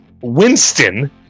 Winston